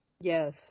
Yes